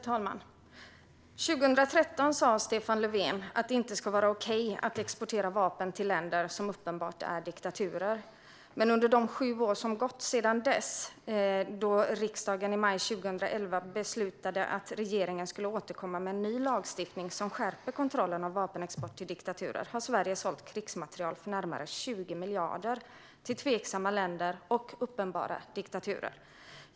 Herr talman! År 2013 sa Stefan Löfven att det inte ska vara okej att exportera vapen till länder som uppenbart är diktaturer. Men under de sju år som gått sedan riksdagen i maj 2011 beslutade att regeringen skulle återkomma med en ny lagstiftning som skärper kontrollen av vapenexport till diktaturer har Sverige sålt krigsmateriel för närmare 20 miljarder till tveksamma länder och uppenbara diktaturer.